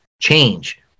change